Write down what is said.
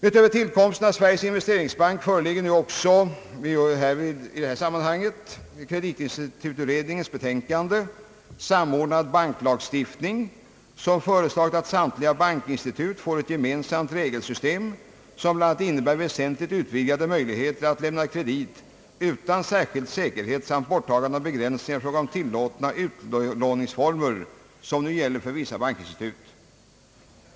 Utöver tillkomsten av Sveriges investeringsbank föreligger nu också kreditinstitututredningens betänkande om samordnad banklagstiftning, som föreslagit att samtliga bankinstitut får ett gemensamt regelsystem, som bl.a. innebär väsentligt utvidgade möjligheter att lämna kredit utan särskild säkerhet samt borttagande av begränsningar i fråga om tillåtna utlåningsformer, som nu gäller för vissa bankinstitut.